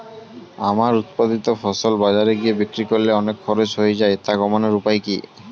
আমার উৎপাদিত ফসল বাজারে গিয়ে বিক্রি করলে অনেক খরচ হয়ে যায় তা কমানোর উপায় কি?